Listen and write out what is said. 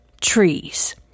trees